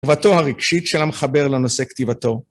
תובתו הרגשית של המחבר לנושא כתיבתו.